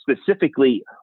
specifically